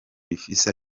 bifise